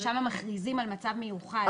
ששם מכריזים על מצב מיוחד.